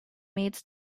meets